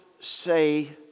say